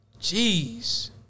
Jeez